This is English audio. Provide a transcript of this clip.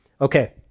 Okay